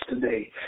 today